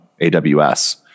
AWS